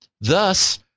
Thus